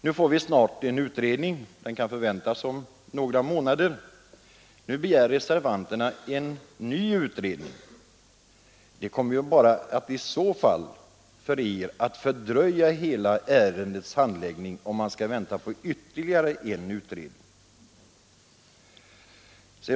Nu får vi snart en utredning klar — betänkandet kan förväntas om några månader — men reservanterna begär en ny utredning. Det kommer ju bara att fördröja hela ärendets handläggning, om man skall vänta på ytterligare en utredning.